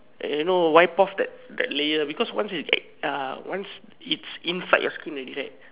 and you know wipe off that that layer because once it like uh once it's inside your skin already right